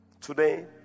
Today